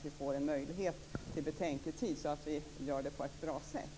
Vi får möjlighet till en betänketid så att vi gör det här på ett bra sätt.